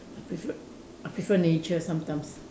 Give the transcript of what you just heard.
I prefer I prefer nature sometimes